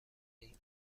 ایم